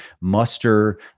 muster